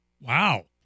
Wow